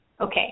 Okay